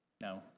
No